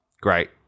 Great